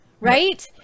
right